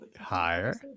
Higher